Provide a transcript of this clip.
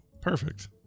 perfect